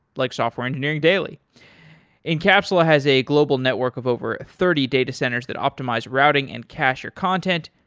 like software engineering daily incapsula has a global network of over thirty data centers that optimize routing and cashier content.